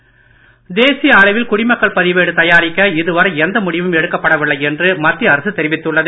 மக்களவை தேசிய அளவில் குடி மக்கள் பதிவேடு தயாரிக்க இதுவரை எந்த முடிவும் எடுக்கப்படவில்லை என்று மத்திய அரசு தெரிவித்துள்ளது